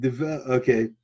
okay